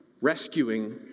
rescuing